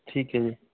ਠੀਕ ਹੈ ਜੀ